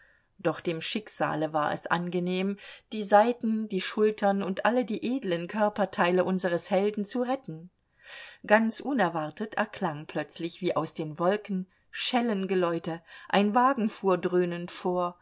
doch dem schicksale war es angenehm die seiten die schultern und alle die edlen körperteile unseres helden zu retten ganz unerwartet erklang plötzlich wie aus den wolken schellengeläute ein wagen fuhr dröhnend vor